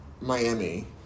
Miami